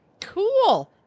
cool